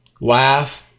laugh